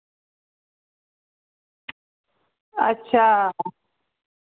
अच्छा